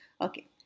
Okay